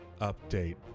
update